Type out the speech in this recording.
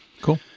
cool